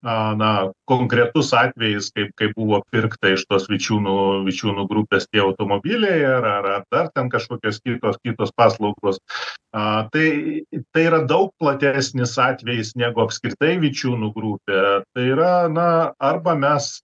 a na konkretus atvejis taip kaip buvo pirkta iš tos vičiūnų vičiūnų grupės tie automobiliai e ar ar ar dar ten kažkokios kitos kitos paslaugos a tai į tai yra daug platesnis atvejis negu apskritai vičiūnų grupė tai yra na arba mes